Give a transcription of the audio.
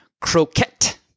croquette